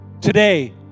Today